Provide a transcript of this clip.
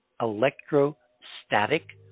electrostatic